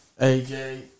AJ